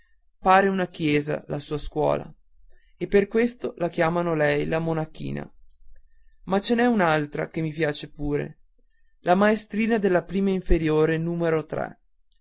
pare una chiesa la sua scuola e per questo anche chiamano lei la monachina ma ce n'è un'altra che mi piace pure la maestrina della prima inferiore numero